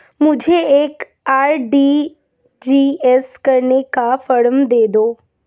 मुझे एक आर.टी.जी.एस करने का फारम दे दो?